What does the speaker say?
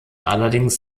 allerdings